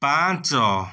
ପାଞ୍ଚ